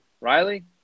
Riley